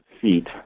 feet